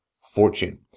fortune